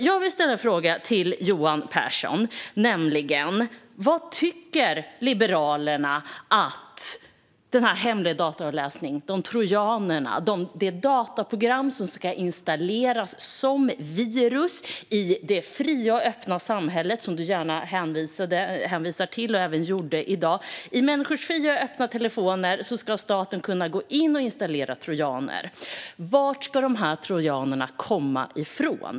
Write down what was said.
Jag vill ställa frågor till Johan Pehrson: Vad tycker Liberalerna om den hemliga dataavläsningen och om de trojaner, det dataprogram, som ska installeras som virus i det fria och öppna samhälle som du gärna hänvisar till, vilket du även gjorde i dag? I människors fria och öppna telefoner ska staten kunna gå in och installera trojaner. Varifrån ska dessa trojaner komma?